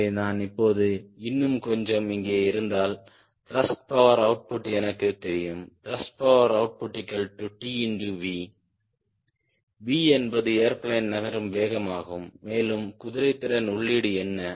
எனவே நான் இப்போது இன்னும் கொஞ்சம் இங்கே இருந்தால் த்ருஸ்ட் பவர் ஓவுட்புட் எனக்குத் தெரியும் 𝑇ℎ𝑟𝑢𝑠𝑡 𝑃𝑜𝑤𝑒𝑟 𝑜𝑢𝑡𝑝𝑢𝑡 𝑇𝑉 V என்பது ஏர்பிளேன் நகரும் வேகம் ஆகும் மேலும் குதிரைத்திறன் உள்ளீடு என்ன